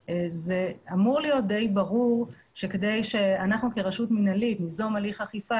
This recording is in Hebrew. אמור להיות די ברור שכדי שאנחנו כרשות מנהלית ניזום הליך אכיפה,